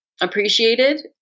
appreciated